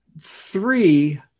three